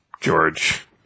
George